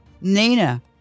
Nina